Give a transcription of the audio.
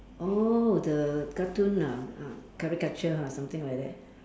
oh the cartoon ah ah caricature ah something like that